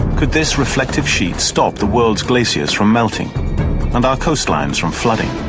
could this reflective sheet stop the world's glaciers from melting and our coastlines from flooding?